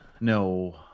No